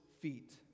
feet